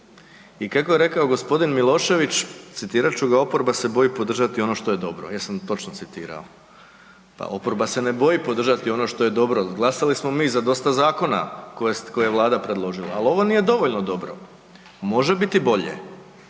I kako je rekao g. Milošević, citirat ću ga „oporba se boji podržati ono što je dobro“, jesam točno citirao? Pa oporba se ne boji podržati ono što je dobro, glasali smo mi za dosta zakona koje je Vlada predložila, ali ovo nije dovoljno dobro, može biti bolje.